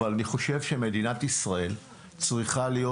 אבל אני חושב שמדינת ישראל צריכה להיות